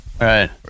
Right